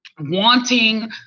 wanting